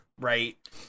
right